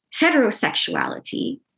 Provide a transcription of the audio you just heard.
heterosexuality